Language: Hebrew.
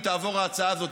אם תעבור ההצעה הזאת,